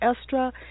Estra